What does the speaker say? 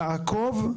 לעקוב,